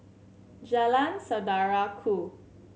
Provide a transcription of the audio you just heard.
Jalan Saudara Ku